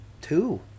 two